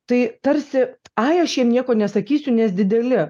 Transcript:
tai tarsi ai aš jiem nieko nesakysiu nes dideli